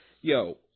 yo